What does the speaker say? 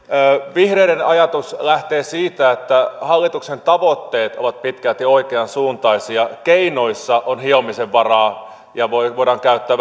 vihreiden ajatus lähtee siitä että hallituksen tavoitteet ovat pitkälti oikeansuuntaisia keinoissa on hiomisen varaa ja voidaan käyttää